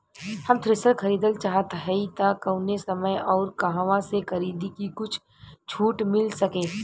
हम थ्रेसर खरीदल चाहत हइं त कवने समय अउर कहवा से खरीदी की कुछ छूट मिल सके?